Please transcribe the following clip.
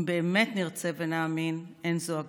אם באמת נרצה ונאמין, אין זו אגדה.